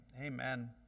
Amen